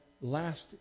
last